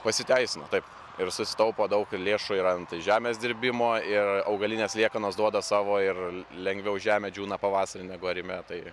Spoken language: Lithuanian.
pasiteisino taip ir susitaupo daug lėšų ir ant žemės dirbimo ir augalinės liekanos duoda savo ir lengviau žemė džiūna pavasarį negu arime tai